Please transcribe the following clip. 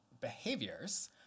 behaviors